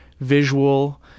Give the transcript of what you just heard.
visual